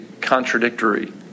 contradictory